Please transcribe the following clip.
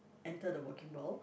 enter the working world